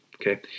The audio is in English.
Okay